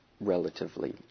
relatively